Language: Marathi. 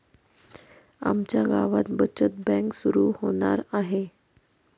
आमच्या गावात बचत बँक सुरू होणार आहे